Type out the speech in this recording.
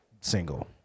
single